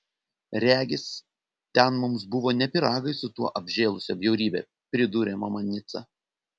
regis ten mums buvo ne pyragai su tuo apžėlusiu bjaurybe pridūrė mama nica